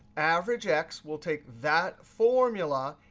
averagex will take that formula,